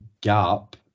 gap